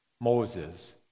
Moses